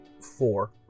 four